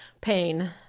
pain